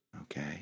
okay